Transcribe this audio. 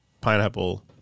pineapple